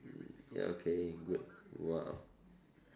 ya okay good !wah!